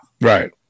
Right